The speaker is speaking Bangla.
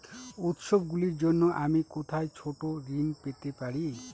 উত্সবগুলির জন্য আমি কোথায় ছোট ঋণ পেতে পারি?